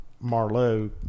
Marlowe